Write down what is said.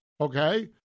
okay